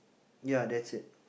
ya that's it